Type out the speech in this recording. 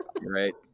right